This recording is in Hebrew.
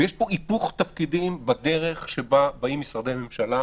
יש פה היפוך תפקידים בדרך שבה באים משרדי ממשלה,